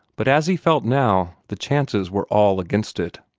but as he felt now, the chances were all against it.